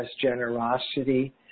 generosity